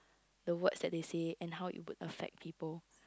the words that they say and how it would affect people